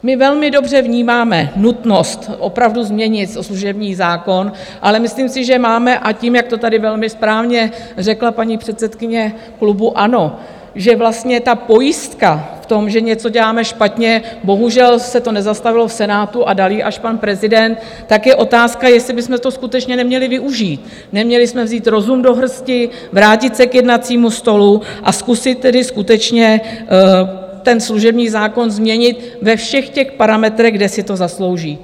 My velmi dobře vnímáme nutnost opravdu změnit služební zákon, ale myslím si, že máme, a tím, jak to tady velmi správně řekla paní předsedkyně klubu ANO, že vlastně ta pojistka v tom, že něco děláme špatně, bohužel se to nezastavilo v Senátu a dal ji až pan prezident, tak je otázka, jestli bychom to skutečně neměli využít, neměli jsme vzít rozum do hrsti, vrátit se k jednacímu stolu a zkusit tedy skutečně ten služební zákon změnit ve všech těch parametrech, kde si to zaslouží.